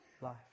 life